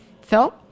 Phil